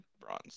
bronze